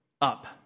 up